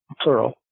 plural